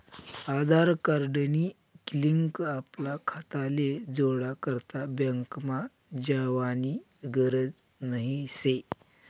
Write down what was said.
आधार card नी link आपला खाताले जोडा करता बँकमा जावानी गरज नही शे